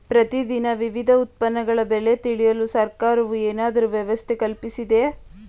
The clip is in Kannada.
ಪ್ರತಿ ದಿನ ವಿವಿಧ ಉತ್ಪನ್ನಗಳ ಬೆಲೆ ತಿಳಿಯಲು ಸರ್ಕಾರವು ಏನಾದರೂ ವ್ಯವಸ್ಥೆ ಕಲ್ಪಿಸಿದೆಯೇ?